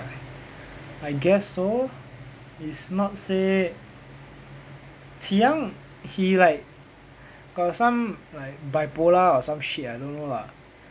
I guess so it's not say qi yang he like got some like bipolar or some shit I don't know lah